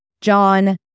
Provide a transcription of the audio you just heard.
john